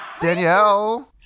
Danielle